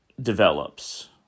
develops